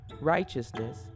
righteousness